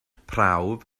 prawf